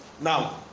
Now